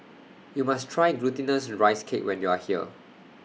YOU must Try Glutinous Rice Cake when YOU Are here